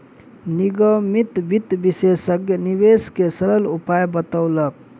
निगमित वित्त विशेषज्ञ निवेश के सरल उपाय बतौलक